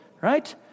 right